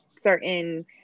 certain